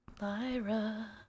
Lyra